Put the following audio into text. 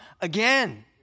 again